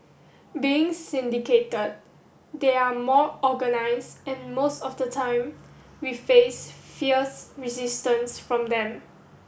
being syndicated they are more organised and most of the time we face fierce resistance from them